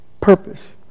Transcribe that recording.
purpose